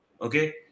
Okay